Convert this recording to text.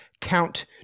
Count